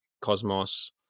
cosmos